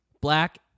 Black